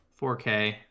4K